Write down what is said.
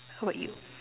how about you